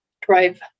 drive